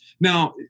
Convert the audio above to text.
now